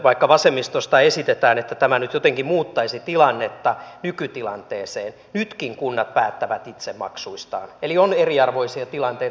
vaikka vasemmistosta esitetään että tämä nyt jotenkin muuttaisi tilannetta nykytilanteeseen nytkin kunnat päättävät itse maksuista eli on eriarvoisia tilanteita